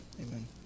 amen